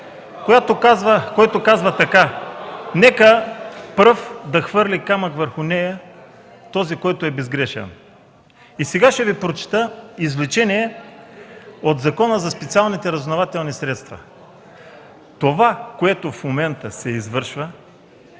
който казва: „Нека пръв да хвърли камък върху нея този, който е безгрешен.” Ще Ви прочета извлечение от Закона за специалните разузнавателни средства. Това, което в момента се извършва